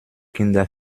kinder